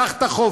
קח את החופש,